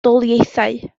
daleithiau